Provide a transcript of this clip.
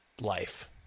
life